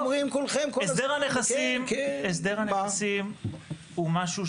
הסדר הנכסים הוא משהו,